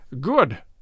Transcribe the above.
Good